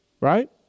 right